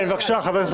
בבקשה, חבר הכנסת